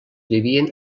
vivien